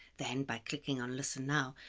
then by clicking on listen now,